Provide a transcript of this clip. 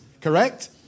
Correct